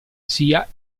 sia